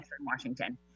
Washington